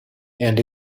and